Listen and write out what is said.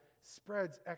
spreads